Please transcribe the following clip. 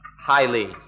highly